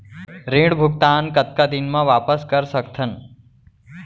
ऋण भुगतान कतका दिन म वापस कर सकथन?